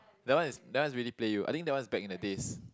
that one is that one is really play you I think that one is back in the days